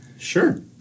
Sure